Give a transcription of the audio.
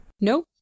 Nope